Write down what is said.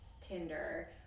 Tinder –